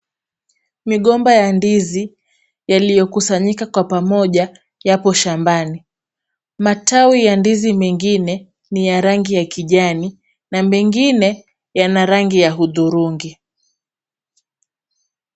Migomba ya ndizi yaliyokusanyika kwa pamoja yapo shambani. Matawi ya ndizi mengine ni ya rangi ya kijani na mengine yana rangi ya hudhurungi.